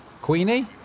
Queenie